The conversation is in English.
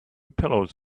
pillows